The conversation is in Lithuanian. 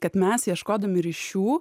kad mes ieškodami ryšių